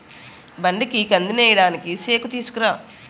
బండికి కందినేయడానికి సేకుతీసుకురా